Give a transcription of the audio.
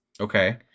Okay